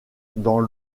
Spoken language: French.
dans